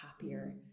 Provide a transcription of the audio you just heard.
happier